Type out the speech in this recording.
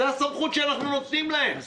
זו הסמכות שאנחנו נותנים להם.